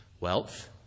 wealth